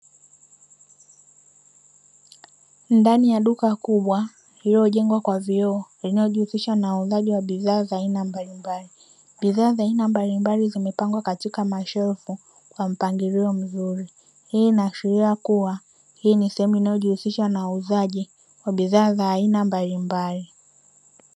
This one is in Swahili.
Ndani ya duka kubwa lililojengwa kwa vioo linalojihusisha na uuzaji wa bidhaa za aina mbalimbali, bidhaa za aina mbalimbali zimepangwa katika shelfu kwa mpangilio mzuri, hii inaashiria kuwa hii ni sehemu inayojihusisha na uuzaji wa bidhaa za aina mbalimbali.